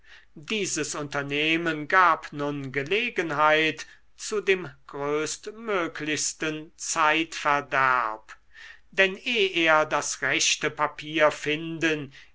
dieses unternehmen gab nun gelegenheit zu dem größtmöglichsten zeitverderb denn eh er das rechte papier finden